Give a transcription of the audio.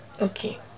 Okay